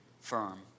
firm